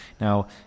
now